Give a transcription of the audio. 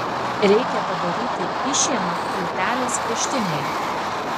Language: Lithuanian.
reikia padaryti išėmą plytelės kraštinėje